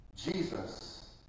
Jesus